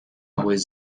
always